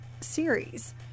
series